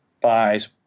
buys